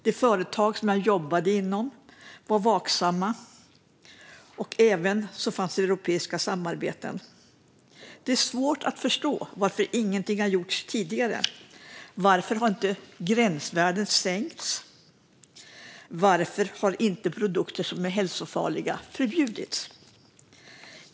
De företag som jag jobbade inom var vaksamma, och det fanns även europeiska samarbeten. Det är svårt att förstå varför inget har gjorts tidigare. Varför har inte gränsvärden sänkts? Varför har inte produkter som är hälsofarliga förbjudits?